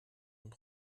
und